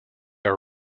are